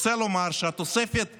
רוצה לומר שהתוספת הריאלית,